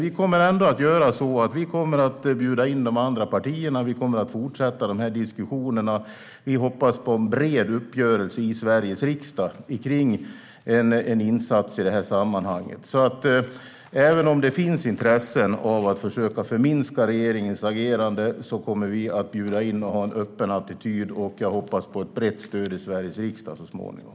Vi kommer att bjuda in de andra partierna och fortsätta diskussionerna. Vi hoppas på en bred uppgörelse i Sveriges riksdag om en insats i detta sammanhang. Även om det finns intresse av att försöka förminska regeringens agerande kommer vi att bjuda in och ha en öppen attityd, och jag hoppas som sagt på ett brett stöd i Sveriges riksdag så småningom.